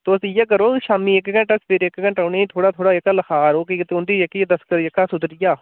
तुस इ'यै करो शामी इक घैंटा सवेरे इक घैंटा उनेंई थोह्ड़ा थोह्ड़ा जेह्का लखाऽ करो उं'दी जेह्की दस्तक जेह्का सुधरी जा